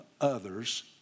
others